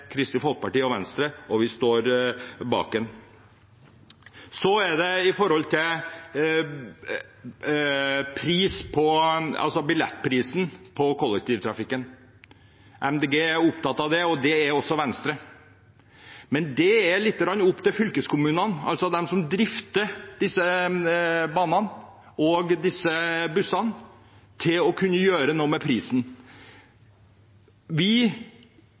Kristelig Folkeparti og Venstre. Og vi står bak den. Så til billettprisen på kollektivtrafikken: Miljøpartiet De Grønne er opptatt av det, og det er også Venstre. Men det er litt opp til fylkeskommunene, de som drifter disse banene og bussene, å gjøre noe med prisen. Fra Stortingets side bevilger vi